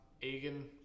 Egan